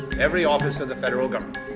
every office of the federal government.